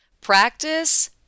Practice